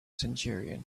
centurion